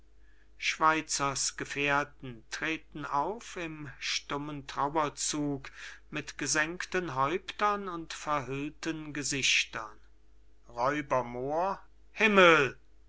gefährten treten auf im stummen trauerzug mit gesenkten häuptern und verhüllten gesichtern r moor himmel